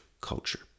culture